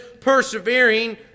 persevering